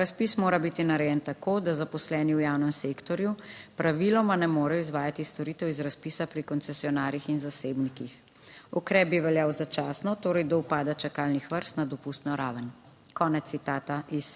Razpis mora biti narejen tako, da zaposleni v javnem sektorju praviloma ne morejo izvajati storitev iz razpisa pri koncesionarjih in zasebnikih. Ukrep bi veljal začasno, torej do upada čakalnih vrst na dopustno raven." (Konec citata iz